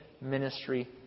ministry